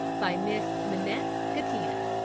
by miss minette gattina.